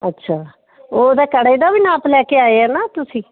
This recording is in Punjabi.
ਅੱਛਾ ਉਹ ਤਾਂ ਕੜੇ ਦਾ ਵੀ ਨਾਪ ਲੈ ਕੇ ਆਏ ਆ ਨਾ ਤੁਸੀਂ